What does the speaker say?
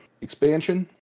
expansion